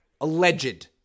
Alleged